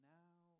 now